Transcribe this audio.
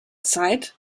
zeit